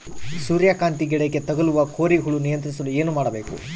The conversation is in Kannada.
ಸೂರ್ಯಕಾಂತಿ ಗಿಡಕ್ಕೆ ತಗುಲುವ ಕೋರಿ ಹುಳು ನಿಯಂತ್ರಿಸಲು ಏನು ಮಾಡಬೇಕು?